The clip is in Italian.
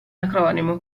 acronimo